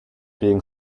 being